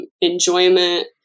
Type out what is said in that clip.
enjoyment